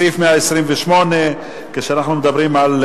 סעיף 128, כשאנחנו מדברים על,